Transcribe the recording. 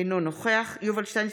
אינו נוכח יובל שטייניץ,